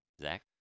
Zach